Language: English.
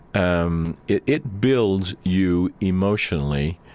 um it it builds you emotionally